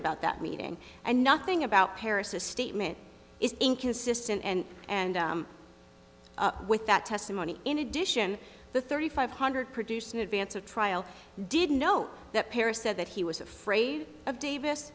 about that meeting and nothing about paris a statement is inconsistent and and with that testimony in addition the thirty five hundred produced in advance of trial i didn't know that paris said that he was afraid of davis